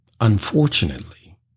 unfortunately